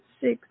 six